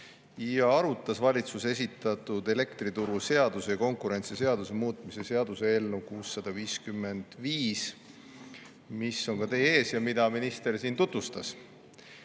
ja arutas valitsuse esitatud elektrituruseaduse ja konkurentsiseaduse muutmise seaduse eelnõu 655, mis on teie ees ja mida minister siin tutvustas. Ma